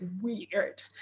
weird